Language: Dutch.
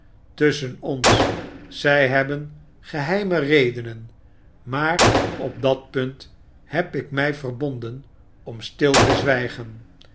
tusschen ons zij hebben geheime redenen maar op dat punt heb ik mij verbonden om stil te zwijgen